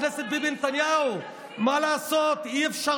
בבקשה, לך תירגע ותבקש ממני להיכנס.